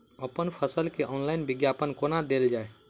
अप्पन फसल केँ ऑनलाइन विज्ञापन कोना देल जाए?